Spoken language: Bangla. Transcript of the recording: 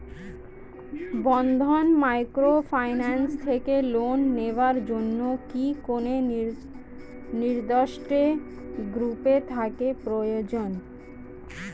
বন্ধন মাইক্রোফিন্যান্স থেকে লোন নেওয়ার জন্য কি কোন নির্দিষ্ট গ্রুপে থাকা প্রয়োজন?